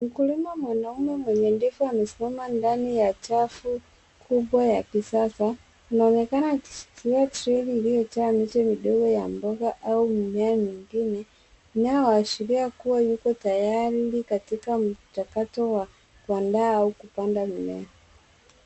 Mkulima mwanaume mwenye ndevu amesimama ndani ya chafu kubwa ya kisasa inaonekana akishikila treli iliyojaa miti midogo ya mboga au mimea mingine inayoashiria kuwa yuko tayari katika mchakato wa kuandaa au kupanda mimea.